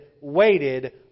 waited